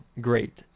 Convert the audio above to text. great